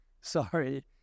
sorry